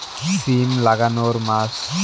সিম লাগানোর মাস?